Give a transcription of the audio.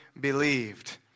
believed